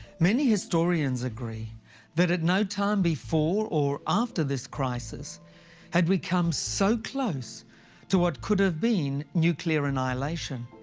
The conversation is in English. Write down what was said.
many historians agree that at no time before or after this crisis had we come so close to what could've been nuclear annihilation.